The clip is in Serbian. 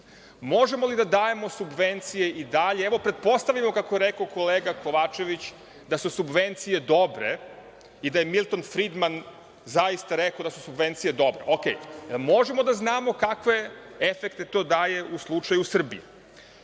Možemo li da dajemo subvencije i dalje? Pretpostavimo, kako je rekao kolega Kovačević, da su subvencije dobre i da je Milton Fridman zaista rekao da su subvencije dobre. Možemo li da znamo kakve efekte to daje u slučaju Srbije? Ja